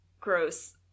gross